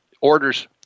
orders